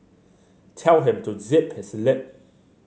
tell him to zip his lip